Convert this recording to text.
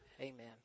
amen